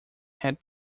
had